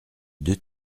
deux